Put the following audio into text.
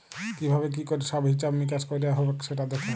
কি ভাবে কি ক্যরে সব হিছাব মিকাশ কয়রা হ্যবে সেটা দ্যাখে